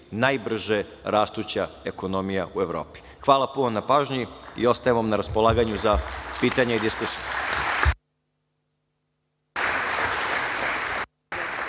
najbrže rastuća ekonomija u Evropi. Hvala puno na pažnji i ostajem vam na raspolaganju za pitanja i diskusiju.